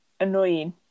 Annoying